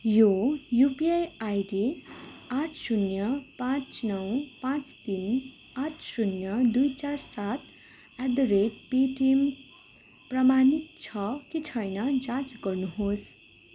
यो UPI ID आठ शून्य पाँच नौ पाँच तिन आठ शून्य दुई चार सात एट द रेट पेटिएम प्रमाणित छ कि छैन जाँच गर्नु होस्